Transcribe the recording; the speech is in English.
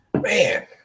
man